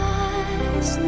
eyes